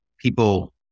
people